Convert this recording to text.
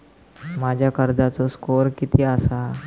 माझ्या कर्जाचो स्कोअर किती आसा?